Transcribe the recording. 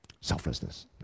selflessness